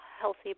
healthy